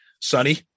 Sonny